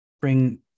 bring